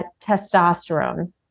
testosterone